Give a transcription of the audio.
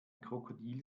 krokodil